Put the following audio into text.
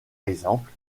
exemple